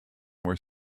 were